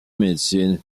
médecine